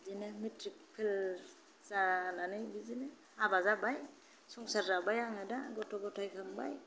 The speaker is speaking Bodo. बिदिनो मिट्रिक फेल जानानैहाय हाबा जाबाय आङो दा संसार जाबाय गथ गथाय खांबाय